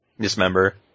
Dismember